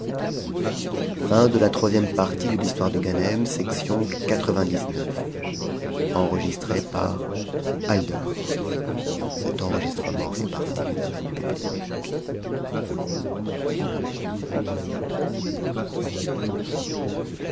santé de ganem